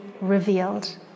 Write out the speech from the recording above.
revealed